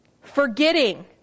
forgetting